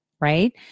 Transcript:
right